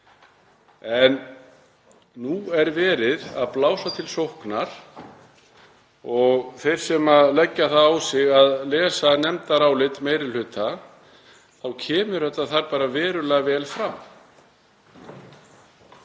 En nú er verið að blása til sóknar. Þeir sem leggja það á sig að lesa nefndarálit meiri hluta sjá að þar kemur þetta auðvitað verulega vel fram.